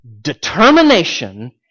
determination